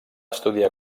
estudiar